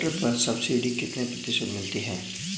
Tractor पर subsidy कितने प्रतिशत मिलती है?